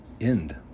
end